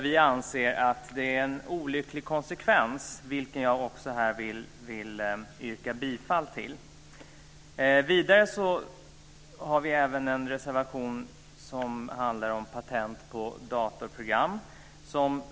Vi anser att det är en olycklig konsekvens. Jag yrkar bifall till reservationen. Vidare har vi en reservation som handlar om patent på datorprogram.